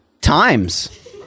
times